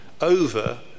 over